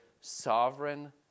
Sovereign